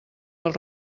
pel